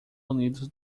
unidos